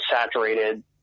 saturated